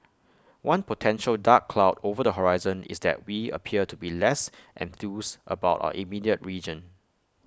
one potential dark cloud over the horizon is that we appear to be less enthused about our immediate region